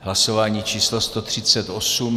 Hlasování číslo 138.